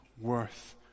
worth